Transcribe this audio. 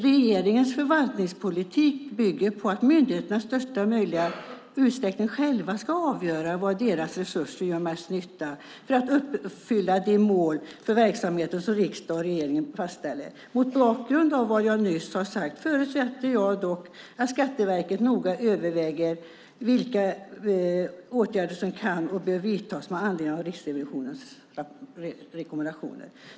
Regeringens förvaltningspolitik bygger på att myndigheterna i största möjliga utsträckning själva ska avgöra var deras resurser gör mest nytta för att uppfylla de mål för verksamheten som riksdagen och regeringen fastställer. Mot bakgrund av vad jag nyss har sagt förutsätter jag dock att Skatteverket noga överväger vilka åtgärder som kan och bör vidtas med anledning av Riksrevisionens rekommendationer."